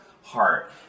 heart